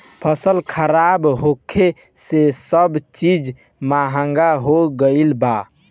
फसल खराब होखे से सब चीज महंगा हो गईल बा